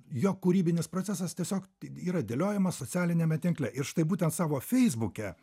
jo kūrybinis procesas tiesiog yra dėliojamas socialiniame tinkle ir štai būtent savo feisbuke